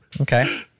Okay